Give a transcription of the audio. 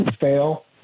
fail